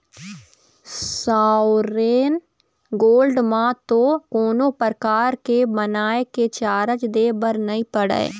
sovereign gold म तो कोनो परकार के बनाए के चारज दे बर नइ पड़य